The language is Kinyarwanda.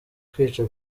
kwica